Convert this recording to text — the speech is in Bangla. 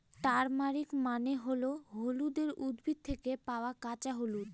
টারমারিক মানে হল হলুদের উদ্ভিদ থেকে পাওয়া কাঁচা হলুদ